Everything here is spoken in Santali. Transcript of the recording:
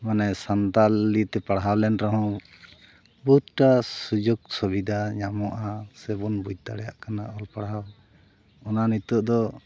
ᱢᱟᱱᱮ ᱥᱟᱱᱛᱟᱞᱤᱛᱮ ᱯᱟᱲᱦᱟᱣ ᱞᱮᱱ ᱨᱮᱦᱚᱸ ᱵᱚᱦᱩᱛ ᱴᱟ ᱥᱩᱡᱳᱜᱽ ᱥᱩᱵᱤᱫᱟ ᱧᱟᱢᱚᱜᱼᱟ ᱥᱮᱵᱚᱱ ᱵᱩᱡᱽ ᱫᱟᱲᱮᱭᱟᱜ ᱠᱟᱱᱟ ᱚᱞ ᱯᱟᱲᱦᱟᱣ ᱚᱱᱟ ᱱᱤᱛᱚᱜ ᱫᱚ